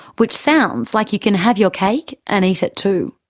which sounds like you can have your cake and eat it too.